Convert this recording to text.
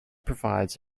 provides